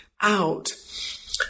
out